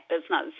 business